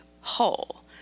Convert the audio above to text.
whole